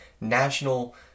national